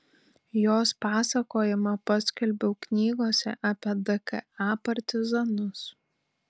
jos pasakojimą paskelbiau knygose apie dka partizanus